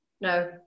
No